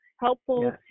Helpful